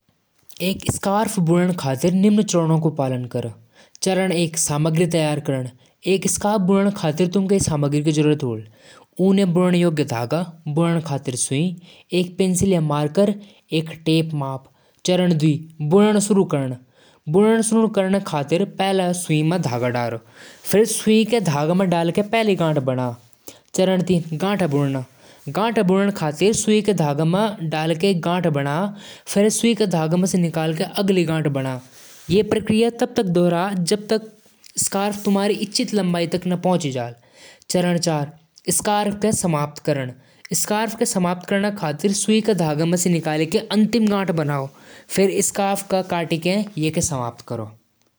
सूप बनाण क लिए पहले सब्जी काटदु जैसे गाजर, मटर, टमाटर। पैन म पानी गरम करदु और सब्जी डालदु। हल्का नमक, मिर्च और काली मिर्च डालदु। सब्जी नरम होण तक पकादु। अगर गाढ़ा सूप चाहि, त थोड़ी कॉर्नफ्लोर मिक्स करदु। गरमागरम सूप धनिया स सजाकु परोसदु